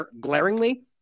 glaringly